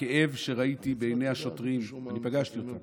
הכאב שראיתי בעיני השוטרים, אני פגשתי אותם